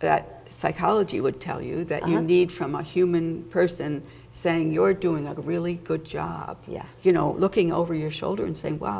that psychology would tell you that you need from a human person saying you're doing a really good job yeah you know looking over your shoulder and saying wow